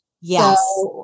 yes